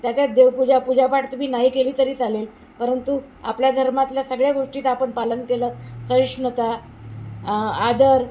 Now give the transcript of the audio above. त्याच्यात देवपूजा पूजापाठ तुम्ही नाही केली तरी चालेल परंतु आपल्या धर्मातल्या सगळ्या गोष्टीत आपण पालन केलं सहिष्णुता आदर